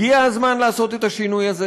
הגיע הזמן לעשות את השינוי הזה.